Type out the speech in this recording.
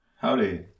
Howdy